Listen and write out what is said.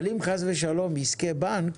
אבל אם, חס ושלום, בעסקי בנק,